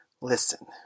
Listen